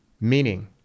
meaning